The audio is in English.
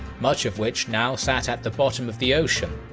much of which now sat at the bottom of the ocean.